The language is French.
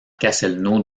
castelnau